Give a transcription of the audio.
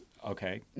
Okay